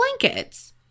blankets